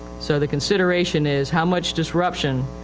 so the consideration is how much disruption,